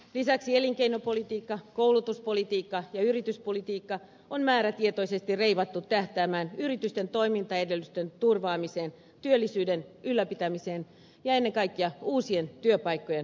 lisäksi elinkeinopolitiikka koulutuspolitiikka ja yrityspolitiikka on määrätietoisesti reivattu tähtäämään yritysten toimintaedellytysten turvaamiseen työllisyyden ylläpitämiseen ja ennen kaikkea uusien työpaikkojen luomiseen